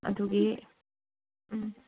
ꯑꯗꯨꯒꯤ ꯎꯝ